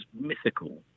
mythical